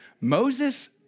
Moses